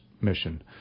mission